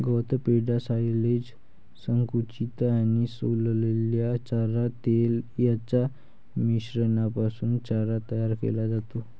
गवत, पेंढा, सायलेज, संकुचित आणि सोललेला चारा, तेल यांच्या मिश्रणापासून चारा तयार केला जातो